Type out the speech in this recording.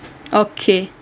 okay